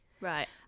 Right